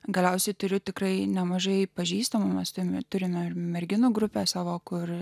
galiausiai turiu tikrai nemažai pažįstamų mąstydami turime ir merginų grupes savo kur